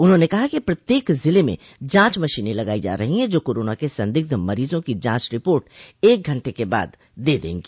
उन्होंने कहा कि प्रत्येक जिले में जांच मशीनें लगाई जा रही हैं जो कोरोना के संदिग्ध मरीजों की जांच रिपोर्ट एक घंटे के बाद दे देंगी